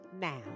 now